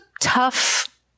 tough